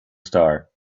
star